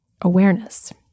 awareness